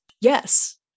Yes